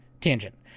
Tangent